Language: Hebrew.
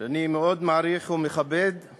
אני מאוד מעריך ומכבד את